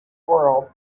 world